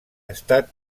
estat